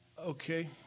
Okay